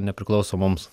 nepriklauso mums